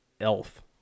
elf